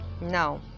Now